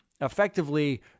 Effectively